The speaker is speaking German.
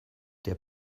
der